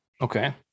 okay